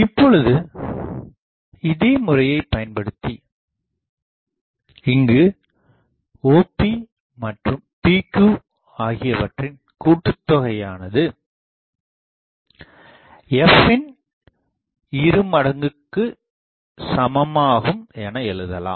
இப்பொழுது இதேமுறையைப் பயன்படுத்தி இங்கு OP மற்றும் PQ ஆகியவற்றின் கூட்டுத்தொகை ஆனது fன் இருமடங்குக்குச் சமமாகும் என எழுதலாம்